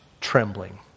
trembling